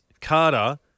Carter